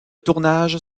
tournage